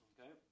Okay